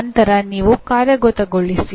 ನಂತರ ನೀವು ಕಾರ್ಯಗತಗೊಳಿಸಿ